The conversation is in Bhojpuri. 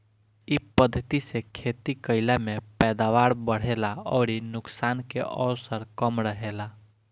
इ पद्धति से खेती कईला में पैदावार बढ़ेला अउरी नुकसान के अवसर कम रहेला